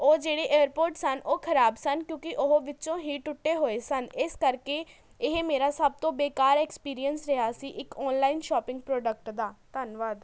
ਉਹ ਜਿਹੜੇ ਏਅਰਪੋਰਟਸ ਹਨ ਉਹ ਖ਼ਰਾਬ ਸਨ ਕਿਉਂਕਿ ਉਹ ਵਿੱਚੋਂ ਹੀ ਟੁੱਟੇ ਹੋਏ ਸਨ ਇਸ ਕਰਕੇ ਇਹ ਮੇਰਾ ਸਭ ਤੋਂ ਬੇਕਾਰ ਐਕਸਪੀਰੀਅੰਸ ਰਿਹਾ ਸੀ ਇੱਕ ਔਨਲਾਈਨ ਸ਼ੋਪਿੰਗ ਪ੍ਰੋਡਕਟ ਦਾ ਧੰਨਵਾਦ